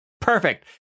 perfect